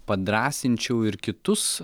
padrąsinčiau ir kitus